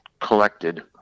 collected